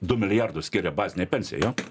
du milijardus skiria bazinei pensijai jo